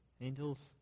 Angels